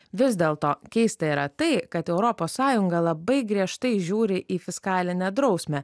vis dėlto keista yra tai kad europos sąjunga labai griežtai žiūri į fiskalinę drausmę